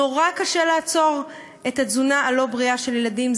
נורא קשה לעצור את התזונה הלא-בריאה של ילדים.